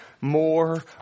more